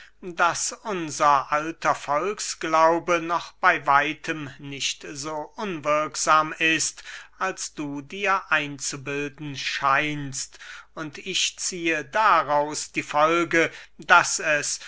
daß unser alter volksglaube noch bey weitem nicht so unwirksam ist als du dir einzubilden scheinst und ich ziehe daraus die folge daß es